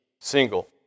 single